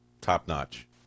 top-notch